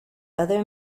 other